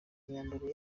imyambaro